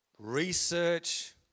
Research